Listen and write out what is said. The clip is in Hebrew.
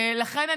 לכן,